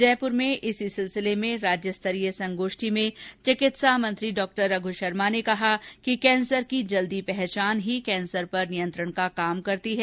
जयपुर में इसी सिलसिले में आयोजित गोष्ठि में चिकित्सा मंत्री डॉ रषु शर्मा ने कहा कि कैंसर की जल्दी पहचान ही कैंसर पर नियंत्रण का काम करती है